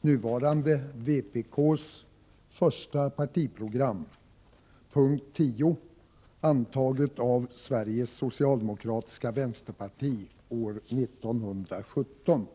nuvarande vpk:s första partiprogram, punkt 10, antaget av Sveriges Socialdemokratiska Vänsterparti år 1917.